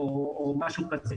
או משהו כזה.